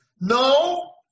No